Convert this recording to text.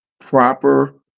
proper